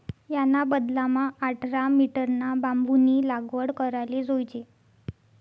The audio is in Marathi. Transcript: याना बदलामा आठरा मीटरना बांबूनी लागवड कराले जोयजे